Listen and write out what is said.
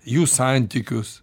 jų santykius